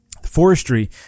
forestry